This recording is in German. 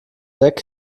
deck